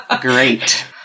Great